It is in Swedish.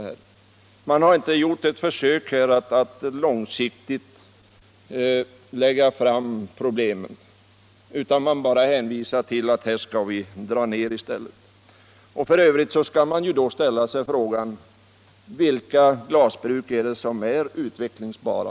Utredningen har inte gjort något försök att lägga fram problemen —— för en långsiktig lösning, utan man hänvisar bara till att verksamheten — Om åtgärder för att skall dras ner i stället. stödja den manuel F.ö. kan man ställa sig frågan: Vilka glasbruk är utvecklingsbara?